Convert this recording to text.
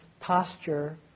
posture